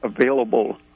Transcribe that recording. available